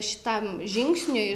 šitam žingsniui